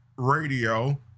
radio